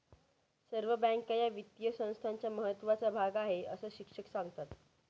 सर्व बँका या वित्तीय संस्थांचा महत्त्वाचा भाग आहेत, अस शिक्षक सांगतात